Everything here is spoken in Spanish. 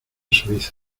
suiza